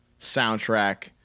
soundtrack